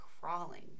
crawling